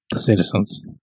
citizens